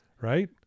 Right